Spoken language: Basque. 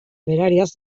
berariaz